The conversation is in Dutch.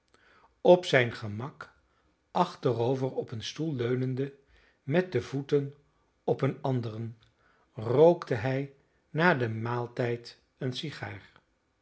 op zijn gemak achterover op een stoel leunende met de voeten op een anderen rookte hij na den maaltijd een sigaar